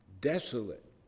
desolate